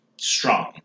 strong